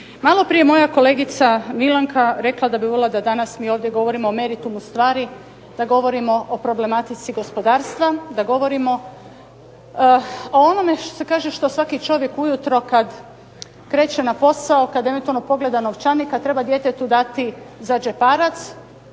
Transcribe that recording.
Maloprije moja kolegica Milanka rekla je da bi volila da danas mi ovdje govorimo o meritumu stvari, da govorimo o problematici gospodarstva, da govorimo o onome što se kaže što svaki čovjek ujutro kad kreće na posao, kad eventualno pogleda novčanik, a treba djetetu dati za džeparac,